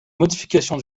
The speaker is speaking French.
modification